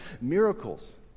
miracles